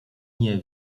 nie